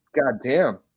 goddamn